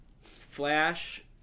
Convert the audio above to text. Flash